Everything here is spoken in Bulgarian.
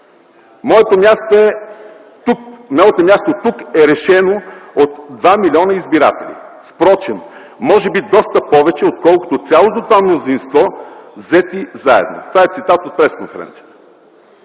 „Моето място тук е решено от два милиона избиратели – впрочем, може би доста повече, отколкото цялото това мнозинство, взети заедно”. Това е цитат от пресконференцията.